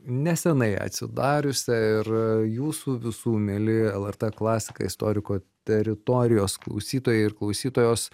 neseniai atsidariusią ir jūsų visų mieli lrt klasika istoriko teritorijos klausytojai ir klausytojos